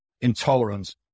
intolerance